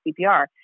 CPR